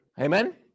Amen